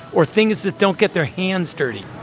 or things that don't get their hands dirty,